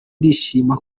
ndishimira